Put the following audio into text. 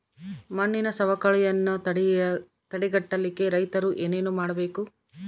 ಮಣ್ಣಿನ ಸವಕಳಿಯನ್ನ ತಡೆಗಟ್ಟಲಿಕ್ಕೆ ರೈತರು ಏನೇನು ಮಾಡಬೇಕರಿ?